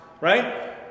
right